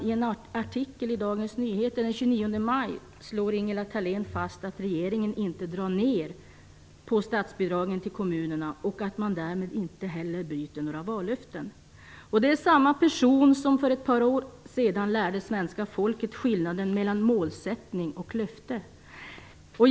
I en artikel i Dagens Nyheter den 29 maj slår Ingela Thalén fast att regeringen inte drar ned på statsbidragen till kommunerna och att man därmed inte heller bryter några vallöften. Det är samma person som för några år sedan lärde svenska folket skillnaden mellan målsättning och löfte.